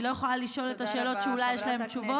אני לא יכולה לשאול את השאלות שאולי יש עליהן תשובות?